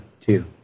two